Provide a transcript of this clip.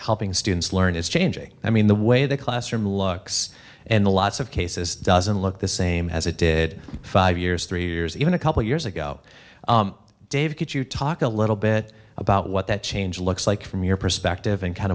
helping students learn is changing i mean the way the classroom looks and the lots of cases doesn't look the same as a dead five years three years even a couple years ago david could you talk a little bit about what that change looks like from your perspective and kind